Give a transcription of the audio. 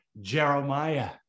Jeremiah